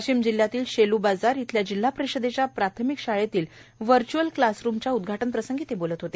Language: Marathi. वाशिम जिल्ह्यातील शेल्बाजार इथल्या जिल्हा परिषदेच्या प्राथमिक शाळेतील व्हर्च्अल क्लासरुम उद्घाटन प्रसंगी ते बोलत होते